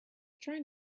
trying